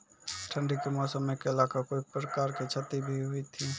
ठंडी के मौसम मे केला का कोई प्रकार के क्षति भी हुई थी?